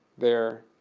there,